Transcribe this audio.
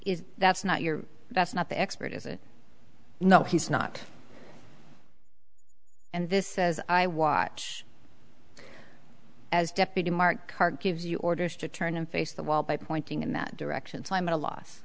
is that's not your that's not the expert is it no he's not and this says i watch as deputy mark karr gives you orders to turn and face the wall by pointing in that direction so i'm at a loss